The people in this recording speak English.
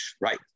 right